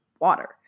water